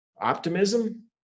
optimism